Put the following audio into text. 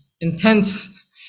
intense